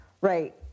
right